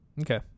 okay